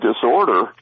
disorder